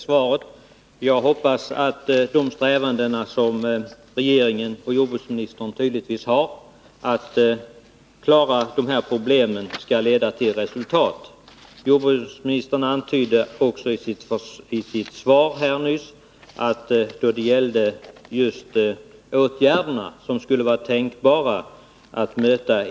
Sedan länsstyrelsens i Skaraborgs län beslut den 18 september 1981 om naturvårdsåtgärder på Sydbillingen har överklagats, ankommer det nu på regeringen att slutgiltigt avgöra den segslitna frågan. Vid beslut om bildande av naturreservat måste klarhet vinnas om att berörda markägare kan erhålla ersättningsmark vid dylika intrång på enskilt ägd mark.